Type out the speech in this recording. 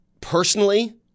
personally